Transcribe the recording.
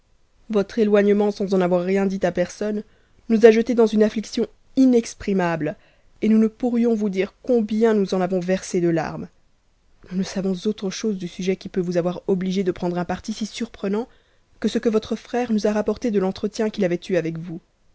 votre éloignement sans en avoir ricu dit personne nous a jetés dans une atuiction inexprimable et nous ne pourrions vous dire combien nous en avons verse de larmes nous ne savons autre chose du sujet qui peut vous avoir obtigée de prendre un parti surprenant que ce que votre n'èrc nous a rapporte de i'enfrcticu avait eu avec vous